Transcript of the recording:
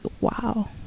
Wow